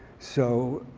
so